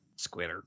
Squitter